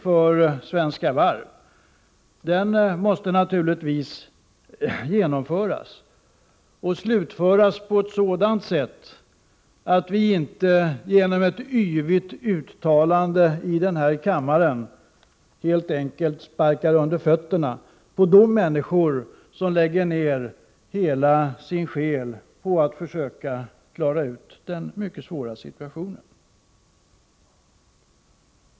Denna omstrukturering måste givetvis slutföras, och då får vi inte genom yviga uttalanden i denna kammare direkt sparka undan fötterna på de människor som lägger ner hela sin själ på att försöka klara ut den mycket svåra situationen.